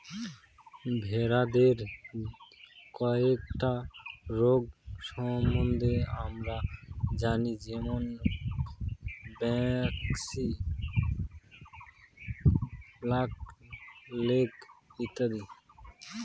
ভেড়াদের কয়েকটা রোগ সম্বন্ধে আমরা জানি যেমন ব্র্যাক্সি, ব্ল্যাক লেগ ইত্যাদি